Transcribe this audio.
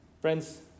Friends